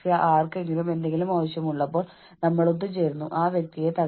ജോലിസ്ഥലത്ത് നാളെ എനിക്ക് എന്ത് നേരിടേണ്ടിവരുമെന്നതിൽ ഞാൻ ആശങ്കാകുലനാണ്